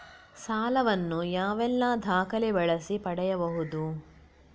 ಸಾಲ ವನ್ನು ಯಾವೆಲ್ಲ ದಾಖಲೆ ಬಳಸಿ ಪಡೆಯಬಹುದು?